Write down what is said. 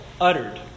uttered